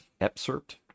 excerpt